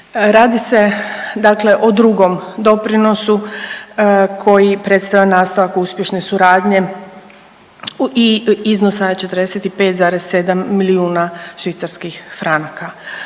Radi se dakle o drugom doprinosu koji predstavlja nastavak uspješne suradnje i iznosa 45,7 milijuna švicarskih franaka.